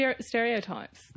Stereotypes